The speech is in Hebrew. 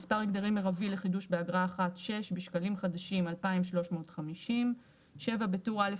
מספר הגדרים מרבי לחידוש באגרה אחת: 6. בשקלים חדשים: 2,350. בטור א',